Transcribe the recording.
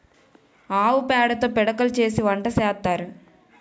ఆవు పేడతో పిడకలు చేసి వంట సేత్తారు